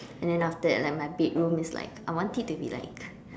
and after that like my bedroom is like I want it to be like